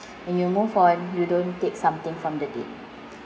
and you move on you don't take something from the dead